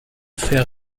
fer